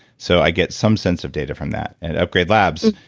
so i get some sense of data from that. at upgrade labs,